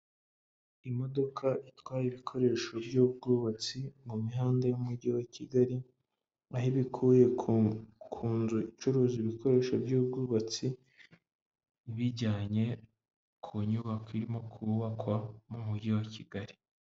Imodoka itwaye ibikoresho by'ubwubatsi mu mihanda y'umujyi wa Kigali, aho ibikuye ku nzu icuruza ibikoresho by'ubwubatsi, ibijyanye ku nyubako irimo kubakwa mu mujyi wa Kigali.